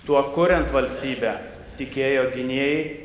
tuo kuriant valstybę tikėjo gynėjai